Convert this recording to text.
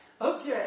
Okay